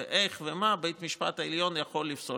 איך ומה בית המשפט העליון יכול לפסול.